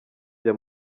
jya